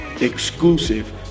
exclusive